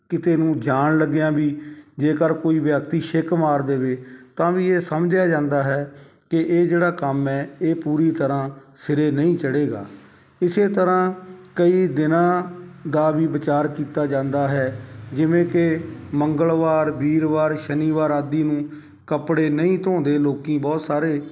ਕਿਤੇ ਨੂੰ ਜਾਣ ਲੱਗਿਆਂ ਵੀ ਜੇਕਰ ਕੋਈ ਵਿਅਕਤੀ ਛਿੱਕ ਮਾਰ ਦੇਵੇ ਤਾਂ ਵੀ ਇਹ ਸਮਝਿਆ ਜਾਂਦਾ ਹੈ ਕਿ ਇਹ ਜਿਹੜਾ ਕੰਮ ਹੈ ਇਹ ਪੂਰੀ ਤਰ੍ਹਾਂ ਸਿਰੇ ਨਹੀਂ ਚੜ੍ਹੇਗਾ ਇਸੇ ਤਰ੍ਹਾਂ ਕਈ ਦਿਨਾਂ ਦਾ ਵੀ ਵਿਚਾਰ ਕੀਤਾ ਜਾਂਦਾ ਹੈ ਜਿਵੇਂ ਕਿ ਮੰਗਲਵਾਰ ਵੀਰਵਾਰ ਸ਼ਨੀਵਾਰ ਆਦਿ ਨੂੰ ਕੱਪੜੇ ਨਹੀਂ ਧੋਂਦੇ ਲੋਕ ਬਹੁਤ ਸਾਰੇ